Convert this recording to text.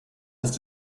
ist